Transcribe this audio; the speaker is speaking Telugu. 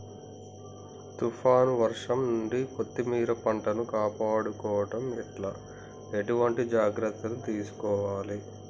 తుఫాన్ వర్షం నుండి కొత్తిమీర పంటను కాపాడుకోవడం ఎట్ల ఎటువంటి జాగ్రత్తలు తీసుకోవాలే?